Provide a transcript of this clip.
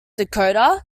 dakota